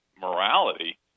morality